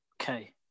okay